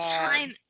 time